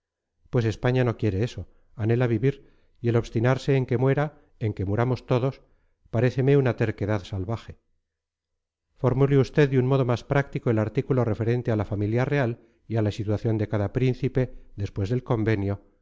pues españa no quiere eso anhela vivir y el obstinarse en que muera en que muramos todos paréceme una terquedad salvaje formule usted de un modo más práctico el artículo referente a la familia real y a la situación de cada príncipe después del convenio